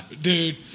Dude